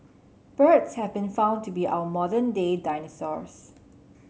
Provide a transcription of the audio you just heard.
birds have been found to be our modern day dinosaurs